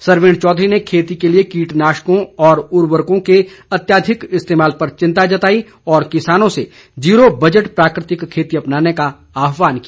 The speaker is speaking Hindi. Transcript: सरवीण चौधरी ने खेती के लिए कीटनाशकों और उर्वरकों के अत्याधिक इस्तेमाल पर चिंता जताई और किसानों से जीरो बजट प्राकृतिक खेती अपनाने का आहवान किया